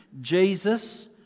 Jesus